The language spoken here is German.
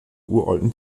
uralten